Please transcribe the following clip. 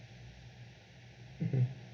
mmhmm